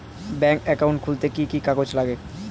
Bank account খুলতে কি কি কাগজ লাগে?